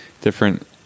different